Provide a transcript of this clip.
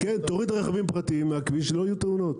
כן, תוריד רכבים פרטיים מהכביש, לא יהיו תאונות.